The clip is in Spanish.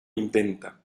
intenta